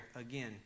again